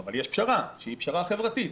אבל יש פשרה שהיא פשרה חברתית.